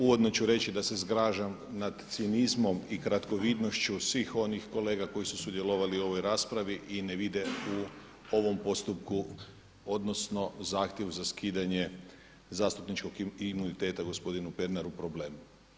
Uvodno ću reći da se zgražam nad cinizmom i kratkovidnošću svih onih kolega koji su sudjelovali u ovoj raspravi i ne vide u ovom postupku, odnosno zahtjevu za skidanje zastupničkog imuniteta gospodinu Pernaru problem.